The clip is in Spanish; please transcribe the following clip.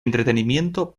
entretenimiento